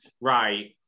right